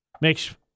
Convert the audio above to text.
makes